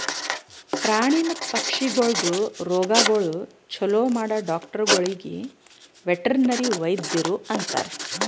ಪ್ರಾಣಿ ಮತ್ತ ಪಕ್ಷಿಗೊಳ್ದು ರೋಗಗೊಳ್ ಛಲೋ ಮಾಡೋ ಡಾಕ್ಟರಗೊಳಿಗ್ ವೆಟರ್ನರಿ ವೈದ್ಯರು ಅಂತಾರ್